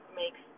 makes